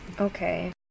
okay